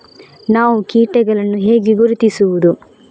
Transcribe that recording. ನಾವು ಕೀಟಗಳನ್ನು ಹೇಗೆ ಗುರುತಿಸುವುದು?